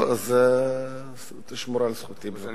אז תשמור על זכותי בבקשה.